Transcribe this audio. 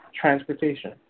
transportation